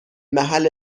محل